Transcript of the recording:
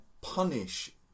punish